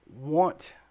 want